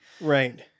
Right